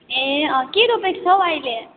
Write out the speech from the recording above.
ए अँ के रोपेको छौ अहिले